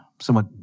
somewhat